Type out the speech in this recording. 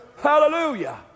Hallelujah